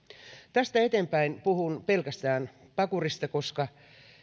tästä eteenpäin puhun pelkästään pakurista koska